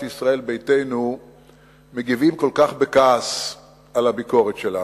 ישראל ביתנו מגיבים כל כך בכעס על הביקורת שלנו.